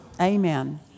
Amen